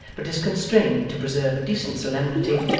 but is constrained to preserve a decent solemnity,